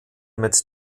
mit